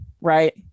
right